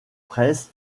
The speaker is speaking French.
press